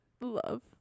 love